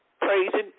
praising